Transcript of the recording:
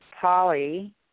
Polly